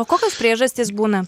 o kokios priežastys būna